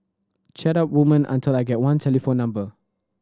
chat up women until I get one telephone number